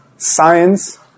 Science